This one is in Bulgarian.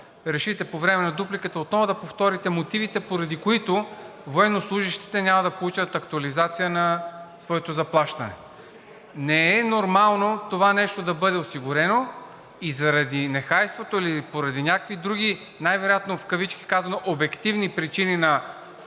решите по време на дупликата отново да повторите мотивите, поради които военнослужещите няма да получат актуализация на своето заплащане. Не е нормално това нещо да бъде осигурено и заради нехайството или поради някакви други най-вероятно, в кавички казано, обективни причини, на